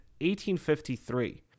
1853